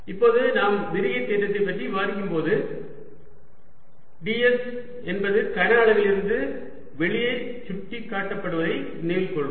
இப்போது நாம் விரிகை தேற்றத்தைப் பற்றி விவாதிக்கும்போது ds என்பது கன அளவிலிருந்து வெளியே சுட்டிக்காட்டப்படுவதை நினைவில் கொள்க